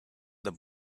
the